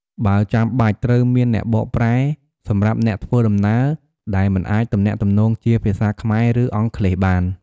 បើចាំបាច់ ត្រូវមានអ្នកបកប្រែសម្រាប់អ្នកធ្វើដំណើរដែលមិនអាចទំនាក់ទំនងជាភាសាខ្មែរ ឬអង់គ្លេសបាន។